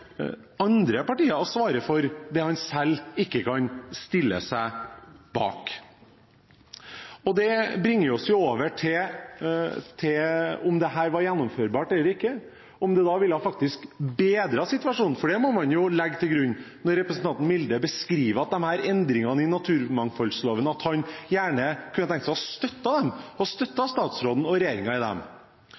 andre partier å svare for det han selv ikke kan stille seg bak? Det bringer oss over til om dette var gjennomførbart eller ikke, om det faktisk ville bedret situasjonen, for det må man legge til grunn når representanten Milde sier at når det gjelder disse endringene i naturmangfoldloven, kunne han gjerne tenkt seg å støtte statsråden og regjeringen. Da må vi vise til det ulvegeneralen i